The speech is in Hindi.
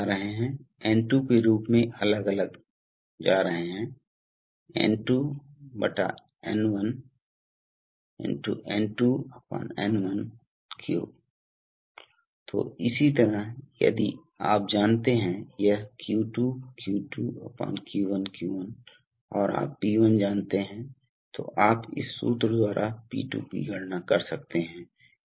लेकिन वह लेकिन हमारे सटीक ऑपरेशन सटीक ऑपरेशन के लिए यह अच्छा नहीं है कि इस उपकरण की दबाव आपूर्ति में उतार चढ़ाव हो इसलिए यदि हम यहां एक दबाव रेगुलेटर् डालते हैं तो दबाव रेगुलेटर् सबसे पहले एक उच्च दबाव स्तर से कम दबाव के स्तर में परिवर्तित होने वाला है